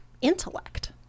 intellect